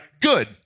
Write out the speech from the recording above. good